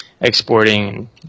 exporting